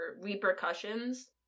repercussions